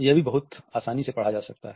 यह भी बहुत आसनी से पढ़ा जा सकता है